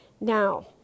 Now